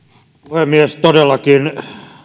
puhemies todellakin